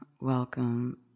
welcome